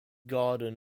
garden